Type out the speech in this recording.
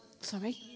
sorry